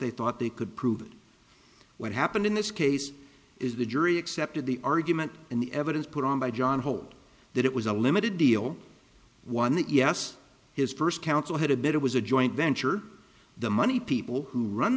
they thought they could prove what happened in this case is the jury accepted the argument and the evidence put on by john hold that it was a limited deal one that yes his first counsel had a bit it was a joint venture the money people who run